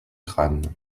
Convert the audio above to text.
crâne